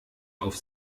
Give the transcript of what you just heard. auf